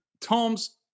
Tom's